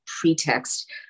pretext